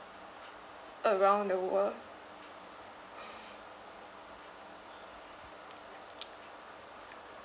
around the world